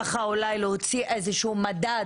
כך שנוכל להוציא איזה מדד